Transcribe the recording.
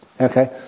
Okay